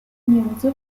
news